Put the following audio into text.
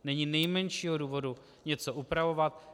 Není nejmenšího důvodu něco upravovat.